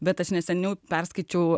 bet aš neseniai perskaičiau